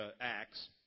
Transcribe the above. Acts